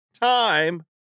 time